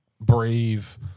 brave